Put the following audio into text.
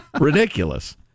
ridiculous